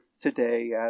today